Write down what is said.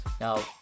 Now